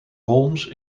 holmes